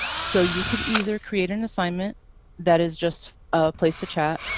so, you could either create and assignment that is just a place to chat